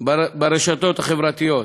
ברשתות החברתיות.